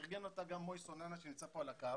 ארגן אותה מוייזס זוננה שנמצא פה על הקו,